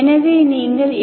எனவே நீங்கள் எ